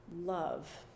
love